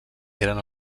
eren